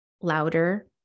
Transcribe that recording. louder